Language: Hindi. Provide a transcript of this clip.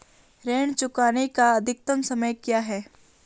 ऋण चुकाने का अधिकतम समय क्या है?